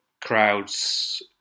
crowds